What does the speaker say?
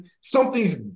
something's